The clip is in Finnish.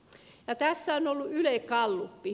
ja tässä on ollut yle gallup